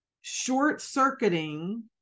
short-circuiting